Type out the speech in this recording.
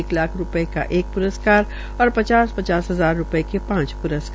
एक लाख रूपये का एक प्रस्कार और पचास हजार रूपये के पांच प्रस्कार